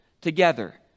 together